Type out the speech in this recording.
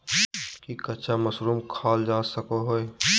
की कच्चा मशरूम खाल जा सको हय?